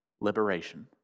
liberation